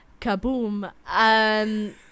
Kaboom